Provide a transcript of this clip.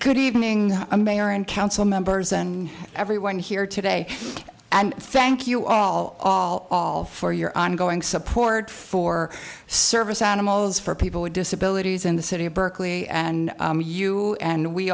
good evening a mayor and council members and everyone here today and thank you all for your ongoing support for service animals for people with disabilities in the city of berkeley and you and we